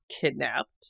kidnapped